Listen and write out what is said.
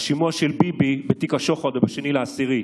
השימוע של ביבי בתיק השוחד הוא ב-2 באוקטובר,